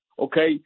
Okay